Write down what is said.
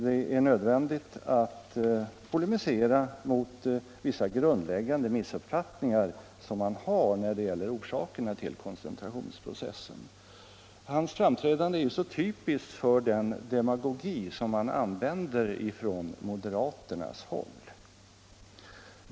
Det är nödvändigt att polemisera mot vissa grundläggande missuppfattningar som han har när det gäller orsakerna till koncentrationsprocessen. Herr Burenstam Linders framträdande är så typiskt för den demagogi som moderaterna använder.